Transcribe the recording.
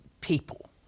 people